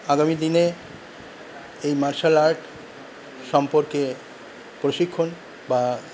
আগামী দিনে এই মার্শাল আর্ট সম্পর্কে প্রশিক্ষণ বা